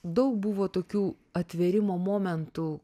daug buvo tokių atvėrimo momentų